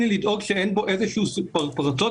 ברוך השם,